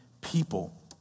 people